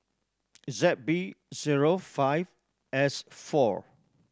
Z B zero five S four